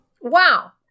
Wow